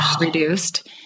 reduced